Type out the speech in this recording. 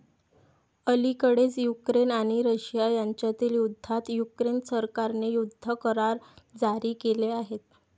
अलिकडेच युक्रेन आणि रशिया यांच्यातील युद्धात युक्रेन सरकारने युद्ध करार जारी केले आहेत